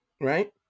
Right